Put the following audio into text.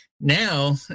now